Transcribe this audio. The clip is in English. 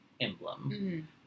emblem